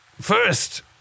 First